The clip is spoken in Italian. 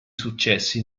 successi